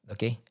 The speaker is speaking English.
Okay